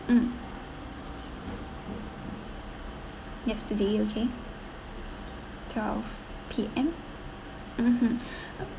mm yes today okay twelve P_M mmhmm